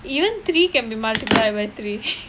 even three can be multiplied by three